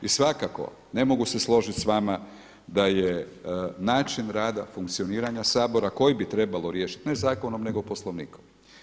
I svakako ne mogu se složiti s vama da je način rada funkcioniranja Sabora koji bi trebalo riješiti ne zakonom nego Poslovnikom.